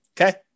Okay